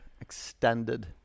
Extended